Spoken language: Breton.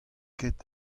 ket